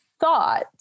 thought